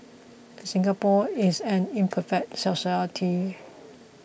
Singapore is an imperfect society